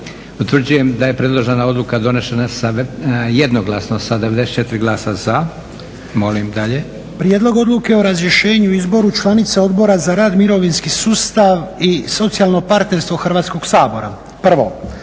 Utvrđujem da je predložena odluka donešena jednoglasno sa 94 glasa za. Molim dalje. **Lučin, Šime (SDP)** Prijedlog odluke o razrješenju i izboru članice Odbora za rad, mirovinski sustav i socijalno partnerstvo Hrvatskog sabora. Prvo,